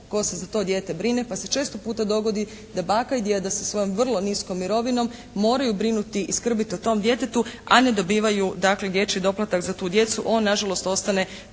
tko se za to dijete brine pa se često puta dogodi da baka i djed sa svojom vrlo niskom mirovinom moraju brinuti i skrbiti o tom djetetu a ne dobivaju dakle dječji doplatak za tu djecu, on nažalost ostane